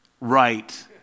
Right